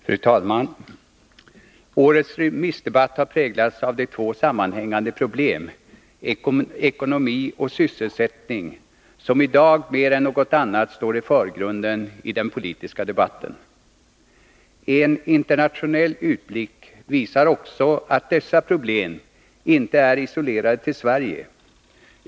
Fru talman! Årets remissdebatt har präglats av de två sammanhängande problem, ekonomi och sysselsättning, som i dag mer än något annat står i förgrunden i den politiska debatten. En internationell utblick visar också att dessa problem inte är isolerade till Sverige.